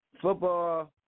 football